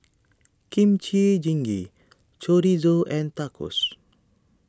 Kimchi Jjigae Chorizo and Tacos